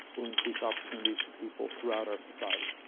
will increase opportunities for people throughout our society.